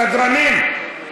סדרנים,